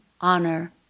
honor